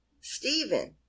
Stephen